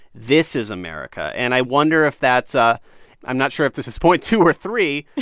this is america. and i wonder if that's ah i'm not sure if this is point two or three,